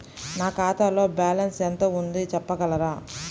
నా ఖాతాలో బ్యాలన్స్ ఎంత ఉంది చెప్పగలరా?